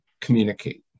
communicate